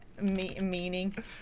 meaning